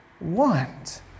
want